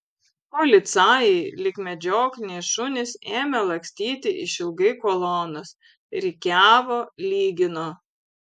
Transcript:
policajai lyg medžiokliniai šunys ėmė lakstyti išilgai kolonos rikiavo lygino